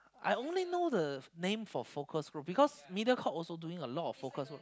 I only know the name for focus group because Mediacorp also doing a lot of focus group